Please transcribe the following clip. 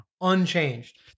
Unchanged